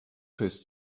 his